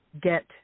get